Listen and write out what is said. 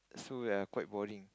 so we're quite boring